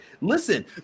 Listen